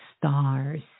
stars